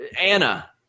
Anna